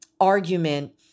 argument